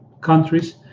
countries